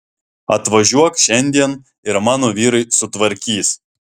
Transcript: atvažiuok šiandien ir mano vyrai sutvarkys